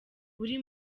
uri